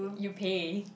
you pay